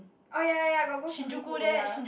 oh ya ya ya got go Shinjuku ya